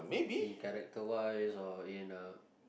in character wise or in uh